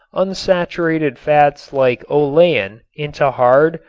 unsaturated fats like olein into hard,